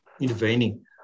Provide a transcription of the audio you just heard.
intervening